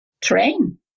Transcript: train